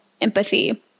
empathy